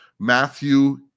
Matthew